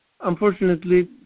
unfortunately